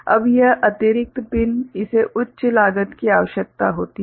अब यह अतिरिक्त पिन - इसे उच्च लागत की आवश्यकता होती है